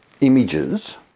images